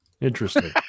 Interesting